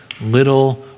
little